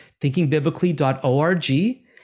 thinkingbiblically.org